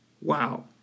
Wow